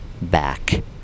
back